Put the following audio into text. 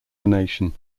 venation